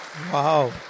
Wow